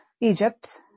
Egypt